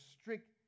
strict